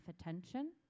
attention